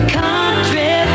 country